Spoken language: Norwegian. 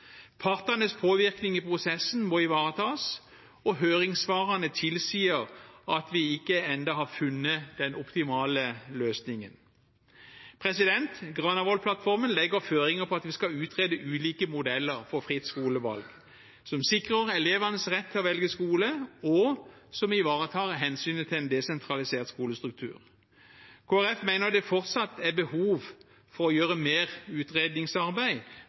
Partenes påvirkning i prosessen må ivaretas, og høringssvarene tilsier at vi ennå ikke har funnet den optimale løsningen. Granavolden-plattformen legger føringer på at vi skal utrede ulike modeller for fritt skolevalg som sikrer elevenes rett til å velge skole, og som ivaretar hensynet til en desentralisert skolestruktur. Kristelig Folkeparti mener det fortsatt er behov for å gjøre mer utredningsarbeid